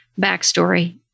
backstory